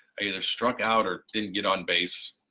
i either struck out or didn't get on base.